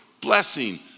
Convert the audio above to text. blessing